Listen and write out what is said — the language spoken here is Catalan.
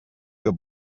que